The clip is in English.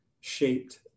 shaped